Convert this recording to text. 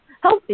healthy